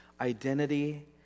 identity